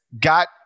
got